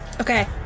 Okay